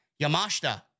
Yamashita